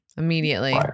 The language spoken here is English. immediately